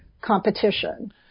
competition